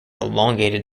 elongated